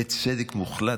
בצדק מוחלט,